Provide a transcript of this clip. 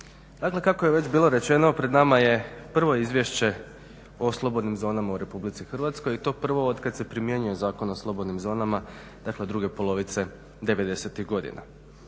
Dakle, kako je već bilo rečeno pred nama je prvo Izvješće o slobodnim zonama u RH i to prvo otkad se primjenjuje Zakon o slobodnim zonama, dakle od druge polovice '90-ih godina.